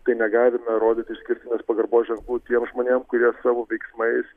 tai negalime rodyti išskirtinės pagarbos ženklų tiem žmonėm kurie savo veiksmais